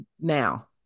now